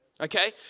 Okay